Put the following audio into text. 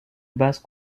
base